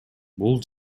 бул